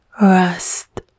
Rest